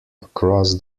across